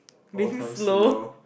all terms low